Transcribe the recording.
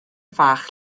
fach